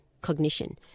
cognition